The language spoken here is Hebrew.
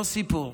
לא סיפור.